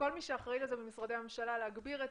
מכל מי שאחראי לזה במשרדי הממשלה להגביר את